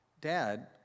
Dad